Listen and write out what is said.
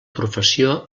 professió